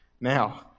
Now